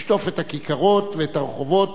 לשטוף את הכיכרות ואת הרחובות,